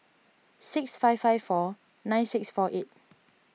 six five five four nine six four eight